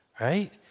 right